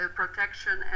protection